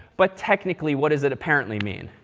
but technically, what does it apparently mean?